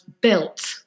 built